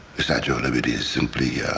the statue of liberty is simply